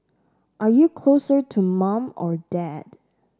are you closer to mum or dad